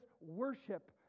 worship